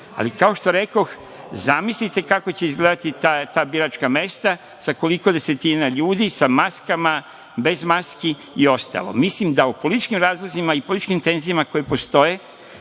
Ali, kao što rekoh, zamislite kako će izgledati ta biračka mesta, sa koliko desetina ljudi sa maskama, bez maski i ostalo. Mislim da o političkim razlozima i političkim tenzijama koje postoje